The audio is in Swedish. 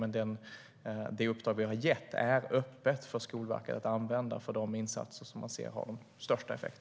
Men det uppdrag vi har gett är öppet för Skolverket att använda för de insatser som man ser har störst effekt.